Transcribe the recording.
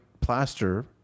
plaster